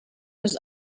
was